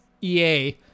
EA